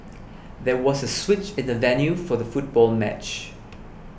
there was a switch in the venue for the football match